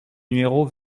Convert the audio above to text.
numéro